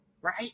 right